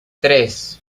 tres